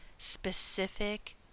specific